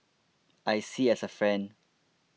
I see as a friend